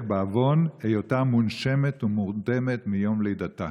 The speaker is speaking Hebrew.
בעוון היותה מונשמת ומורדמת מיום לידתה,